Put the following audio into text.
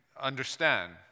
understand